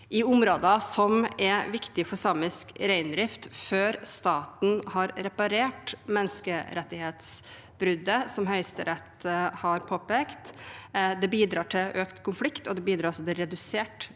i områder som er viktige for samisk reindrift, før staten har reparert menneskerettighetsbruddet som Høyesterett har påpekt, bidrar til økt konflikt. Det bidrar også til redusert